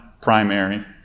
primary